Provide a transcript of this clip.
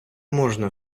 можна